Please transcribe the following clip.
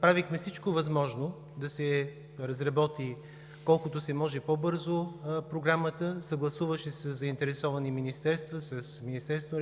правихме всичко възможно да се разработи колкото се може по-бързо Програмата, съгласуваше се със заинтересовани министерства – с Министерството